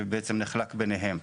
שבעצם נחלק ביניהם.